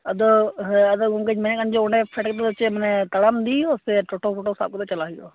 ᱟᱫᱚ ᱦᱮᱸ ᱟᱫᱚ ᱜᱚᱢᱠᱮᱧ ᱢᱮᱱᱮᱫ ᱠᱟᱱ ᱪᱚ ᱚᱸᱰᱮ ᱯᱷᱮᱰ ᱠᱟᱛᱮᱫ ᱫᱚ ᱪᱮᱫ ᱢᱟᱱᱮ ᱛᱟᱲᱟᱢ ᱤᱫᱤ ᱦᱩᱭᱩᱜᱼᱟ ᱥᱮ ᱴᱳᱴ ᱢᱳᱴᱳ ᱥᱟᱵ ᱠᱟᱛᱮᱫ ᱪᱟᱞᱟᱜ ᱦᱩᱭᱩᱜᱼᱟ